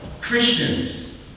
Christians